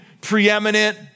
preeminent